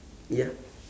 ya